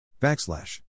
Backslash